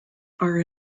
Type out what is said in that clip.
are